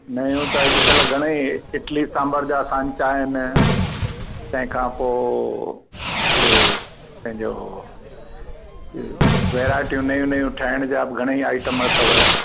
नयूं त अॼु कल्ह घणई इडली सांभर जा सांचा आहिनि तंहिं खां पोइ ए पंहिंजो ही वेराएटियूं नयूं नयूं ठहिण जा बि घणई आईटम अथव